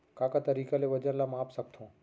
का का तरीक़ा ले वजन ला माप सकथो?